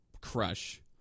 crush